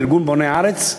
התאחדות בוני הארץ,